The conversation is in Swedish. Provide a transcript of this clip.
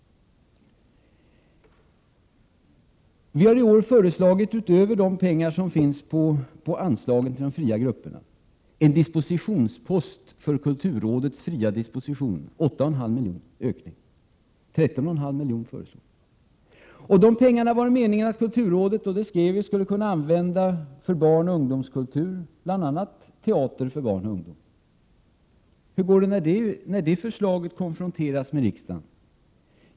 Vi har i år föreslagit, utöver de pengar som finns på anslaget till de fria grupperna, en dispositionspost för kulturrådets fria disposition. Detta innebär en ökning med 8,5 miljoner, vilket alltså sammanlagt ger 13,5 miljoner. Dessa pengar var det meningen att kulturrådet skulle kunna använda för barnoch ungdomskultur, bl.a. teater för barn och ungdom. Hur går det när det förslaget konfronteras med riksdagen?